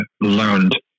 learned